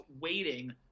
waiting